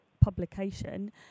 publication